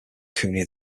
cooney